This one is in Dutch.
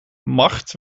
macht